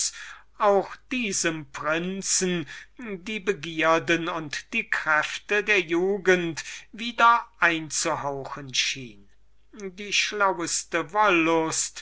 auch diesem prinzen die begierden und die kräfte der jugend wieder einzuhauchen schien die schlaueste